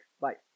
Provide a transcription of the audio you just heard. Bye